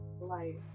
life